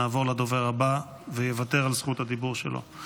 נעבור לדובר הבא והוא יוותר על זכות הדיבור שלו.